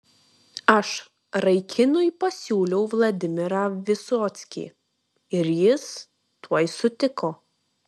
aš raikinui pasiūliau vladimirą visockį ir jis tuoj sutiko